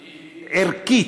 ערכית,